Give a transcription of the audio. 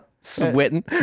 Sweating